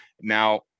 Now